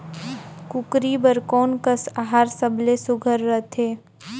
कूकरी बर कोन कस आहार सबले सुघ्घर रथे?